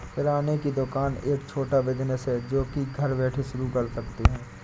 किराने की दुकान एक छोटा बिज़नेस है जो की घर बैठे शुरू कर सकते है